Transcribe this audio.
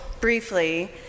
briefly